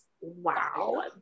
Wow